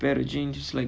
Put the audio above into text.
get a jeans just like